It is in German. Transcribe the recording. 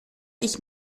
ich